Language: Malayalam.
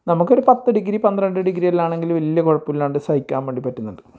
നമുക്കൊരു പത്ത് ഡിഗ്രി പന്ത്രണ്ട് ഡിഗ്രിയെല്ലാം ആണെങ്കിൽ വലിയ കുഴപ്പമില്ലാണ്ട് സഹിക്കാവ്വേണ്ടി പറ്റുന്നുണ്ട്